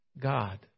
God